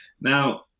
now